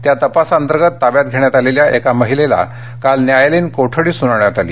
त्या तपासाअंतर्गत ताब्यात घेण्यात आलेल्या एका महिलेला काल न्यायालयीन कोठडी सुनावण्यात आली